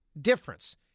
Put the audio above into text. difference